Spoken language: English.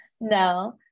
No